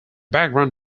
background